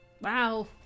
Wow